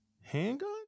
handgun